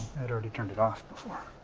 and already turned it off before.